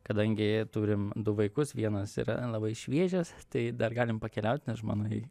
kadangi turim du vaikus vienas yra labai šviežias tai dar galim pakeliaut nes žmonai